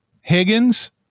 Higgins